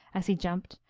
as he jumped,